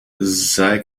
zij